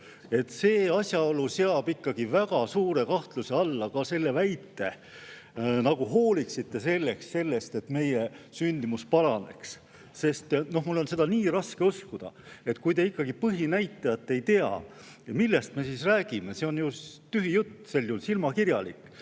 See asjaolu seab ikkagi väga suure kahtluse alla ka selle väite, nagu te hooliksite sellest, et meie sündimus paraneks. Mul on seda nii raske uskuda. Kui te ikkagi põhinäitajat ei tea, millest me siis räägime? See on sel juhul tühi jutt, silmakirjalikkus.